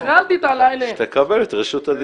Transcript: אז נטרלתי את ה --- אני גם מבקש ל --- כשתקבל את רשות הדיבור.